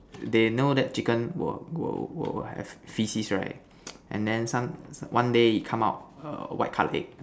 they know that chicken will will will have faeces right and then some one day it come out a white color egg